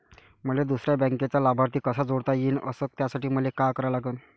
मले दुसऱ्या बँकेचा लाभार्थी कसा जोडता येईन, अस त्यासाठी मले का करा लागन?